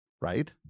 right